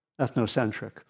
ethnocentric